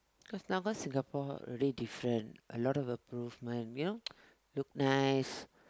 cause now cause Singapore already different a lot of improvement you know look nice